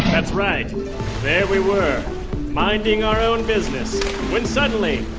that's right. there we were minding our own business when, suddenly,